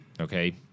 okay